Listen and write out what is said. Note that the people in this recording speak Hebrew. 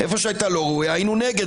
איפה שהייתה לא ראויה היינו נגד,